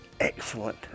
excellent